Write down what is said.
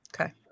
Okay